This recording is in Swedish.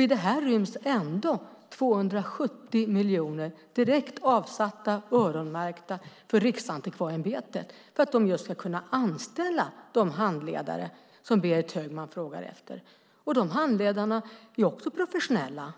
I det här ryms ändå 270 miljoner direkt avsatta och öronmärkta för Riksantikvarieämbetet så att de kan anställa de handledare som Berit Högman frågar efter. De handledarna är också professionella.